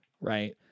right